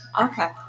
okay